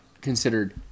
considered